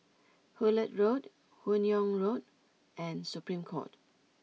Hullet Road Hun Yeang Road and Supreme Court